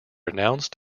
announced